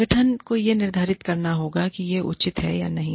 संगठन को यह निर्धारित करना होगा कि यह उचित है या नहीं